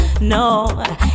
no